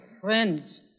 Friends